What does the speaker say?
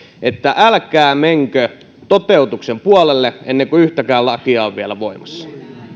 että älkää menkö toteutuksen puolelle ennen kuin yhtäkään lakia on vielä voimassa